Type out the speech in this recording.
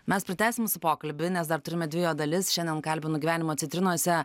mes pratęsim pokalbį nes dar turime dvi jo dalis šiandien kalbinu gyvenimo citrinose